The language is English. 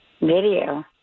Video